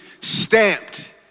stamped